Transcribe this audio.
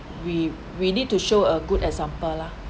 we we need to show a good example lah